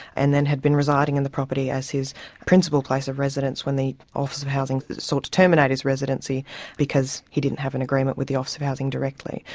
and then had been residing in the property as his principal place of residence when the office of housing sought to terminate his residency because he didn't have an agreement with the office of housing directly.